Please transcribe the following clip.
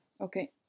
Okay